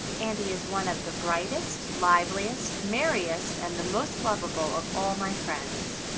and he is one of the brightest, liveliest, merriest and the most lovable of all my friends.